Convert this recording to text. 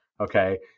Okay